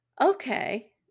Okay